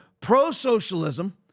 pro-socialism